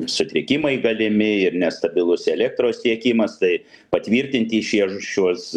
sutrikimai galimi ir nestabilus elektros tiekimas tai patvirtinti šie šiuos